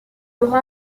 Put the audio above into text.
aura